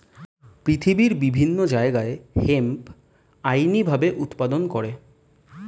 পৃথিবীর বিভিন্ন জায়গায় হেম্প আইনি ভাবে উৎপাদন করে